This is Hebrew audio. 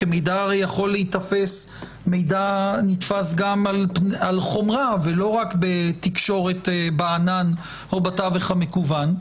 כי מידע נתפס גם על חומרה ולא רק בתקשורת בענן או בתווך המקוון,